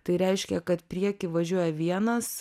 tai reiškia kad prieky važiuoja vienas